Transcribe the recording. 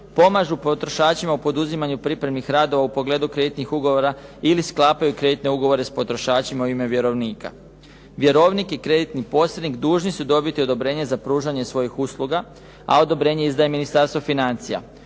pomažu potrošačima u poduzimanju pripremnih radova u pogledu kreditnih ugovora ili sklapaju kreditne ugovore s potrošačima u ime vjerovnika. Vjerovnik i kreditni posrednik dužni su dobiti odobrenje za pružanje svojih usluga, a odobrenje izdaje Ministarstvo financija.